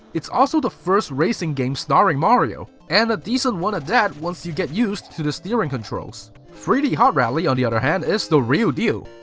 it's also the first racing game starring mario, and a decent one at that once you get used to the steering controls. three d hot rally, on the other hand, is the real deal.